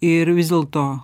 ir vis dėlto